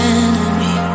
enemy